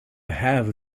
have